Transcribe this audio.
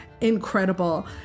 incredible